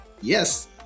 yes